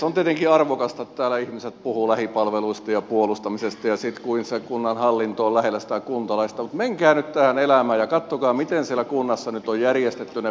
on tietenkin arvokasta että täällä ihmiset puhuvat lähipalveluista ja puolustamisesta ja siitä kuinka kunnan hallinto on lähellä sitä kuntalaista mutta menkää nyt tähän elämään ja katsokaa miten siellä kunnassa nyt on järjestetty ne palvelut